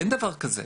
אין דבר כזה.